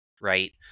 right